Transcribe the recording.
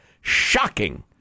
Shocking